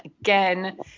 again